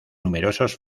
numerosos